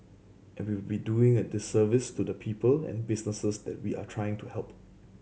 and we will be doing a disservice to the people and businesses that we are trying to help